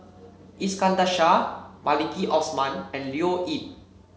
Iskandar Shah Maliki Osman and Leo Yip